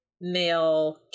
male